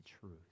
truth